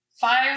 five